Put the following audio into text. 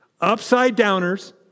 Upside-downers